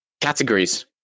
categories